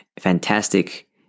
fantastic